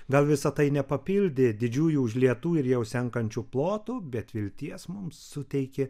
gal visa tai nepapildė didžiųjų užlietų ir jau senkančių plotų bet vilties mums suteikė